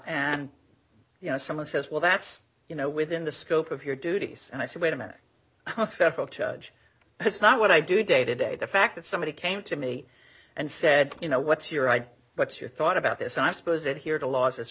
and you know someone says well that's you know within the scope of your duties and i said wait a minute federal judge that's not what i do day to day the fact that somebody came to me and said you know what's here i but your thought about this i suppose that here to laws as